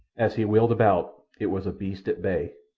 as he wheeled about, it was a beast at bay,